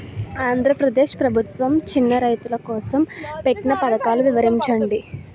ఆంధ్రప్రదేశ్ ప్రభుత్వ చిన్నా రైతుల కోసం పెట్టిన పథకాలు వివరించండి?